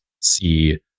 see